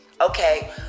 Okay